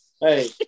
Hey